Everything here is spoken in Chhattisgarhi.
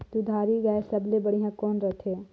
दुधारू गाय सबले बढ़िया कौन रथे?